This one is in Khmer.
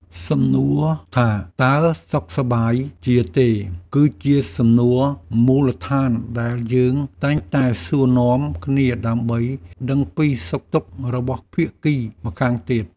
សំណួរថាតើសុខសប្បាយជាទេ គឺជាសំណួរមូលដ្ឋានដែលយើងតែងតែសួរនាំគ្នាដើម្បីដឹងពីសុខទុក្ខរបស់ភាគីម្ខាងទៀត។